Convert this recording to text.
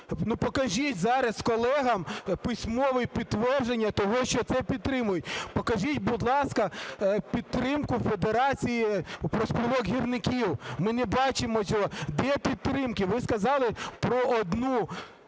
покажіть зараз колегам письмове підтвердження того, що це підтримується. Покажіть, будь ласка, підтримку Федерації профспілок гірників. Ми не бачимо цього. Де підтримка? Ви сказали про одну